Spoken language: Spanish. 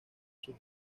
sus